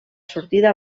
sortida